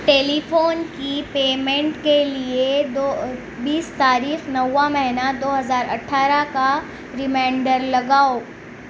ٹیلی phone کی payment کے لیے دو بیس تاریخ نواں مہینہ دو ہزار اٹھارہ کا ریمائنڈر لگاؤ